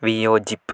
വിയോജിപ്പ്